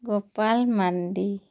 Gopal Mandi